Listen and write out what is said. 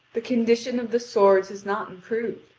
the condition of the swords is not improved,